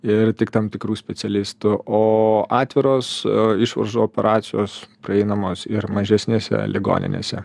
ir tik tam tikrų specialistų o atviros išvaržų operacijos prieinamos ir mažesnėse ligoninėse